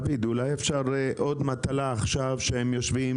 אולי אפשר עוד מטלה עכשיו שהם יושבים